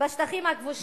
טבריה זה שטח כבוש?